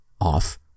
off